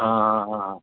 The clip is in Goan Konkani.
आं हा हा हा